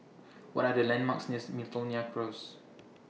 What Are The landmarks nears Miltonia Close